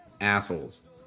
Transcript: assholes